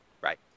right